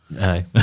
Aye